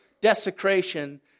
desecration